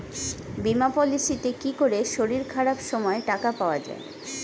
বীমা পলিসিতে কি করে শরীর খারাপ সময় টাকা পাওয়া যায়?